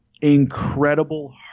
incredible